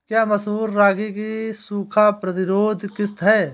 क्या मसूर रागी की सूखा प्रतिरोध किश्त है?